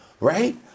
Right